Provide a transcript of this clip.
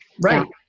Right